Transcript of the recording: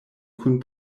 kun